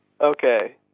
Okay